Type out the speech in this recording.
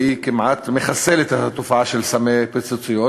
והיא כמעט מחסלת את התופעה של סמי פיצוציות,